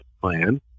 plan